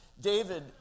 David